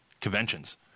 conventions